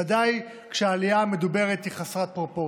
ודאי כשהעלייה המדוברת היא חסרת פרופורציות.